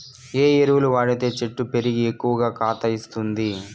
ఏ ఎరువులు వాడితే చెట్టు పెరిగి ఎక్కువగా కాత ఇస్తుంది?